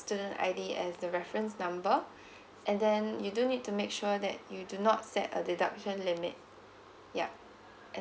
student I D as the reference number and then you do need to make sure that you do not set a deduction limit yup and